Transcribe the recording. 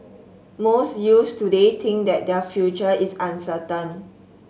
most youths today think that their future is uncertain